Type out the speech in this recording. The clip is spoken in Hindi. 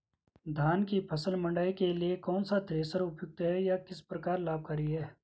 धान की फसल मड़ाई के लिए कौन सा थ्रेशर उपयुक्त है यह किस प्रकार से लाभकारी है?